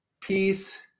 Peace